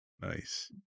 nice